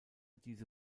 diese